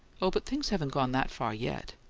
oh, but things haven't gone that far yet.